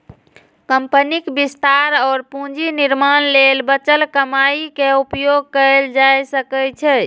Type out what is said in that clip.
कंपनीक विस्तार और पूंजी निर्माण लेल बचल कमाइ के उपयोग कैल जा सकै छै